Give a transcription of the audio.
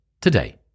today